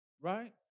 Right